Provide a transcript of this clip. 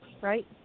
right